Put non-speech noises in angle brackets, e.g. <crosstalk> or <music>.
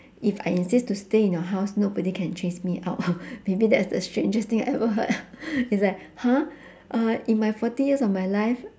if I insist to stay in your house nobody can chase me out <breath> maybe that's the strangest thing I ever heard <breath> it's like !huh! uh in my forty years of my life